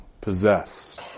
possess